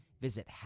Visit